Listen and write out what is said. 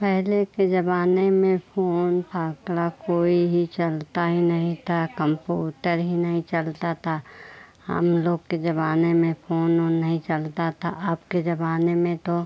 पहले के ज़माने में फोन फकड़ा कोई ही चलता ही नहीं था कम्पूटर ही नहीं चलता था हम लोग के ज़माने में फोन ऊन नहीं चलता था अब के ज़माने में तो